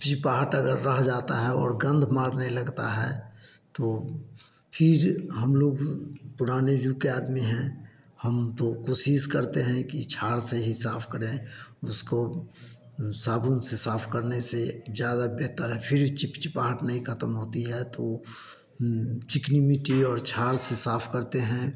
चिपचिपाहट अगर रह जाता है और गंध मारने लगता है तो फिर हम लोग पुराने युग के आदमी हैं हम तो कोशिश करते है कि झाड़ से साफ़ करें उसको साबुन से साफ़ करने से ज़्यादा बेहतर है फिर चिपचिपाहट नहीं खत्म होती है तो चिकनी मिट्टी और झाड़ से साफ़ करते हैं